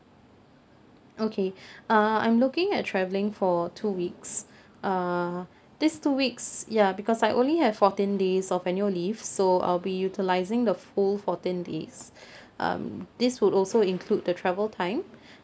okay uh I'm looking at travelling for two weeks uh these two weeks ya because I only have fourteen days of annual leave so I'll be utilising the full fourteen days um this would also include the travel time